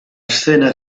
escena